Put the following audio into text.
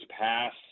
pass